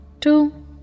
two